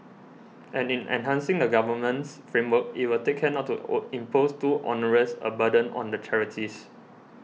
and in enhancing the governance framework it will take care not to or impose too onerous a burden on the charities